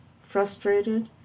frustrated